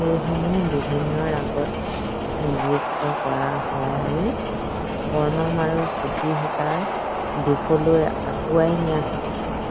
সেইসমূহ বিভিন্ন ৰাগত নিৰ্দিষ্ট কৰা হয় আৰু বৰ্ণম আৰু কুতি শিকাৰ দিশলৈ আগুৱাই নিয়া হয়